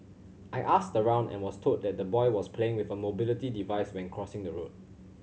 I asked around and was told that the boy was playing with a mobility device when crossing the road